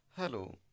Hello